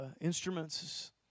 instruments